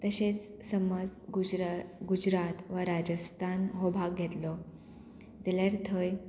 तशेंच समज गुजर गुजरात वा राजस्थान हो भाग घेतलो जाल्यार थंय